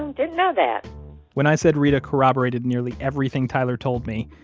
and didn't know that when i said reta corroborated nearly everything tyler told me,